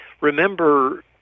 Remember